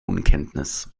unkenntnis